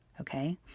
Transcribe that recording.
Okay